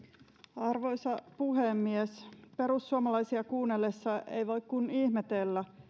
arvoisa puhemies perussuomalaisia kuunnellessa ei voi kuin ihmetellä kun